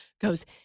goes